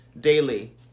daily